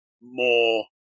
more